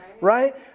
right